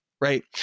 Right